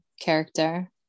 character